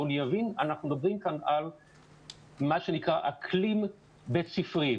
אנחנו מדברים כאן על אקלים בית ספרי.